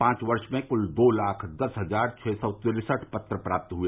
पांच वर्ष में कुल दो लाख दस हजार छ सौ तिरसठ पत्र प्राप्त हुए